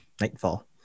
Nightfall